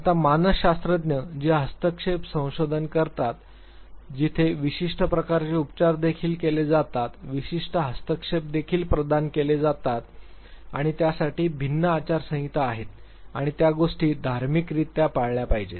आता मानसशास्त्रज्ञ ते हस्तक्षेप संशोधन करतात जिथे विशिष्ट प्रकारचे उपचार देखील दिले जातात विशिष्ट हस्तक्षेप देखील प्रदान केले जातात आणि त्यासाठी भिन्न आचारसंहिता आहेत आणि त्या गोष्टी धार्मिक रीत्या पाळल्या पाहिजेत